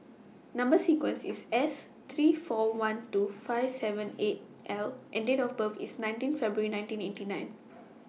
Number sequence IS S three four one two five seven eight L and Date of birth IS nineteen February nineteen eighty nine